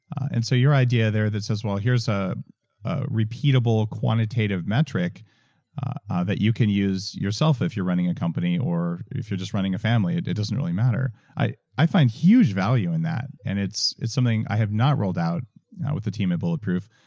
and so your idea there that says well, here's ah a repeatable, quantitative metric that you can use yourself if you're running a company or if you're just running a family. it it doesn't really matter. i i find huge value in that. and it's it's something i have not rolled out with the team at bulletproof,